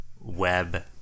web